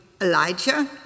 Elijah